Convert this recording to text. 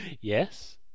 Yes